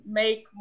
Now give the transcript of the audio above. make